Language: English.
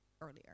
earlier